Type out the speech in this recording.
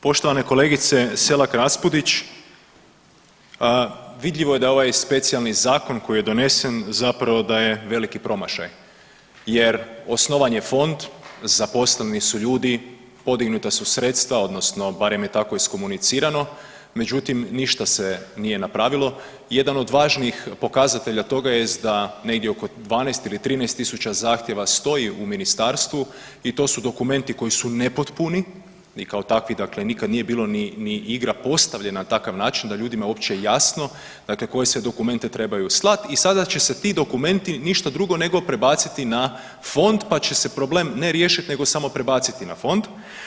Poštovana kolegice Selak Raspudić, vidljivo je da je ovaj specijalni zakon koji je donesen zapravo da je veliki promašaj jer osnovan je fond, zaposleni su ljudi, podignuta su sredstva odnosno barem je tako iskomunicirano, međutim ništa se nije napravilo i jedan od važnijih pokazatelja toga jest da negdje oko 12 ili 13.000 zahtjeva stoji u ministarstvu i to su dokumenti koji su nepotpuni i kao takvi dakle nikad nije bilo ni, ni igra postavljena na takav način da je ljudima uopće jasno dakle koje sve dokumente trebaju slat i sada će se ti dokumenti ništa drugo nego prebaciti na fond, pa će se problem ne riješiti nego samo prebaciti na fond.